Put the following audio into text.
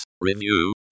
review